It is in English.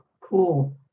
cool